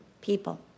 people